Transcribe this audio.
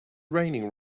raining